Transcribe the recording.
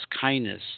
kindness